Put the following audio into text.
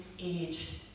aged